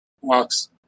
walks